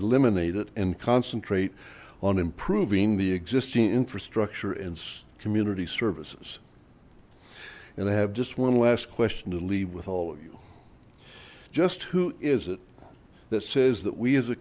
eliminated and concentrate on improving the existing infrastructure and community services and i have just one last question to leave with all of you just who is it that says that we as a